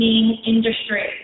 industry